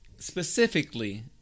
Specifically